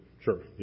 sure